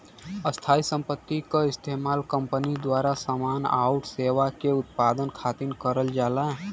स्थायी संपत्ति क इस्तेमाल कंपनी द्वारा समान आउर सेवा के उत्पादन खातिर करल जाला